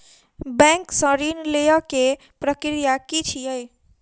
Bank सऽ ऋण लेय केँ प्रक्रिया की छीयै?